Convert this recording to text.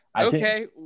Okay